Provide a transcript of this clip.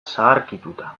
zaharkituta